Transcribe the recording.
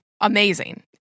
amazing